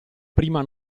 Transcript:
prima